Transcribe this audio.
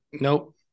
Nope